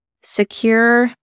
Secure